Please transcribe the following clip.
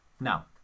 Now